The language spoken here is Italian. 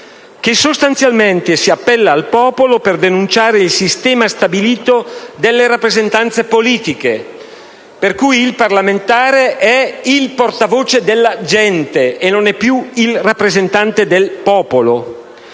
che sostanzialmente si appella al popolo per denunciare il sistema stabilito delle rappresentanze politiche, per cui il parlamentare è il portavoce della gente e non è più il rappresentante del popolo.